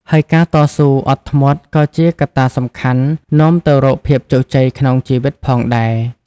ហើយការតស៊ូ អត់ធ្មត់ ក៏ជាកត្តាសំខាន់នាំទៅរកភាពជោគជ័យក្នុងជីវិតផងដែរ។